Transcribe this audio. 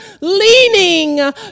leaning